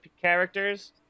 characters